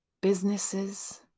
businesses